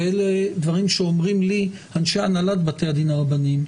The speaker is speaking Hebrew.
ואלה דברים שאומרים לי אנשי הנהלת בתי הדין הרבניים,